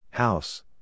House